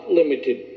limited